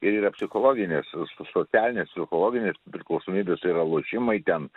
ir yra psichologinės socialinės psichologinės priklausomybės tai yra lošimai ten